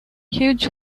huge